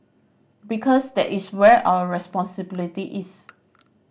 because that is where our responsibility is